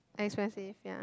expensive ya